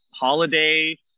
holiday